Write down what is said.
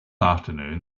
afternoon